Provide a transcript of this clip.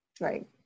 Right